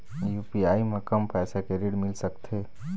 UPI म कम पैसा के ऋण मिल सकथे?